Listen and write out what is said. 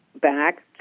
back